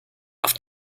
auf